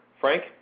Frank